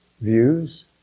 views